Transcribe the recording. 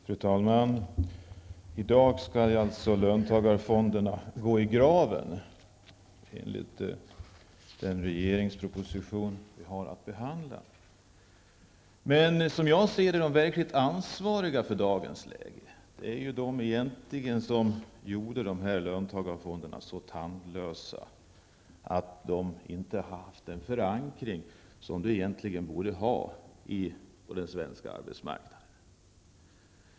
Fru talman! I dag skall alltså löntagarfonderna gå i graven, enligt den regeringsproposition som vi har att behandla. Men de verkligt ansvariga för dagens läge är, som jag ser det, egentligen de som gjorde de här löntagarfonderna så tandlösa att de inte har haft den förankring som de borde ha på den svenska arbetsmarknaden.